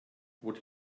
would